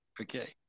Okay